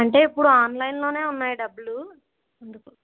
అంటే ఇప్పుడు ఆన్లైన్లోనే ఉన్నాయి డబ్బులు అందుకు